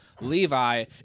Levi